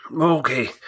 Okay